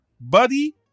Buddy